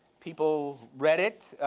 people read it,